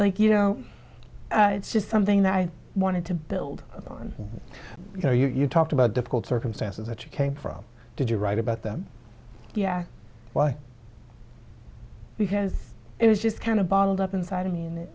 like you know it's just something that i wanted to build on you know you talked about difficult circumstances that you came from did you write about them yeah why because it was just kind of bottled up inside of me and